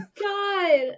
God